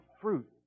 fruit